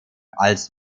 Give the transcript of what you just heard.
als